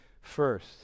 first